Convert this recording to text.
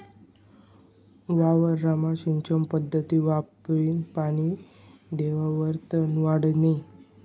वावरमा सिंचन पध्दत वापरीन पानी देवावर तन वाढत नै